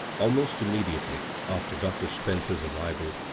almost immediately after dr. spencer's arrival,